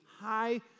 high